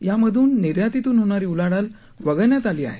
यामधून निर्यातीतून होणारी उलाढाल वगळण्यात आली आहे